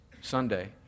Sunday